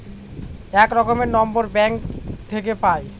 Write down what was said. এক রকমের number bank থাকে পাই